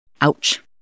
Ouch